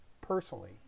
personally